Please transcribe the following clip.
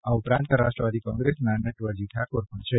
આ ઉપરાંત રાષ્ટ્રવાદી કોંગ્રેસના નટવરજી ઠાકોર પણ છે